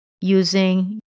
using